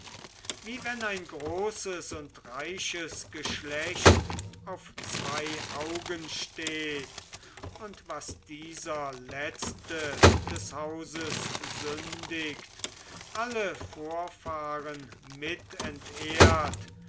wie wenn ein großes und reiches geschlecht auf zwei augen steht und was dieser letzte des hauses sündigt alle vorfahren mit entehrt